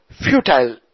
futile